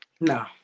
No